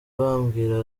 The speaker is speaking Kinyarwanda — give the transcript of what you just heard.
bambwira